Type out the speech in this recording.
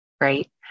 right